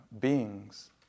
beings